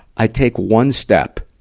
i take one step,